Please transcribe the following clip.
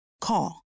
Call